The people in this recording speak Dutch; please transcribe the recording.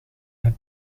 heb